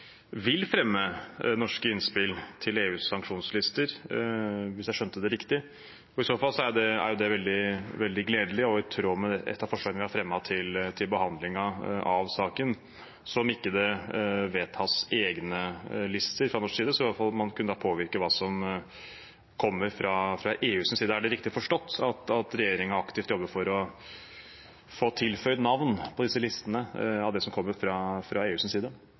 I så fall er det veldig gledelig og i tråd med et av forslagene vi har fremmet til behandlingen av saken. Om det ikke vedtas egne lister fra norsk side, kan man i hvert fall påvirke hva som kommer fra EUs side. Er det riktig forstått at regjeringen jobber aktivt for å få tilføyd navn på disse listene som kommer fra EUs side? På generelt grunnlag vil jeg bare si at vi jobber veldig tett med EU